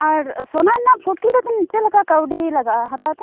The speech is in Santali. ᱟᱨ ᱥᱚᱱᱟ ᱨᱮᱱᱟᱜ ᱯᱷᱩᱴᱠᱤ ᱫᱚ ᱪᱮᱫ ᱞᱮᱠᱟ ᱠᱟᱹᱣᱰᱤ ᱞᱟᱜᱟᱜᱼᱟ ᱦᱟᱛᱟᱣ ᱛᱮ